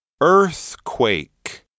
Earthquake